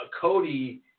Cody